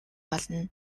болно